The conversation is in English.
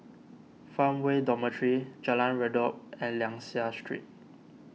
Farmway Dormitory Jalan Redop and Liang Seah Street